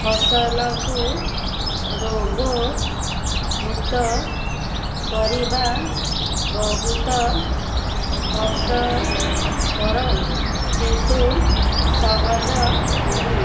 ଫସଲକୁ ରୋଗମୁକ୍ତ କରିବା ବହୁତ କଷ୍ଟ କର କିନ୍ତୁ ସହଜ ନୁହେଁ